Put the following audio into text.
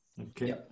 okay